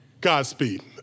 Godspeed